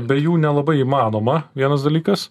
be jų nelabai įmanoma vienas dalykas